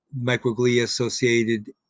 microglia-associated